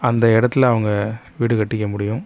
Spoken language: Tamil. அந்த இடத்தில் அவங்க வீடு கட்டிக்க முடியும்